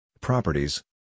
properties